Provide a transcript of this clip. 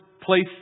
place